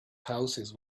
houses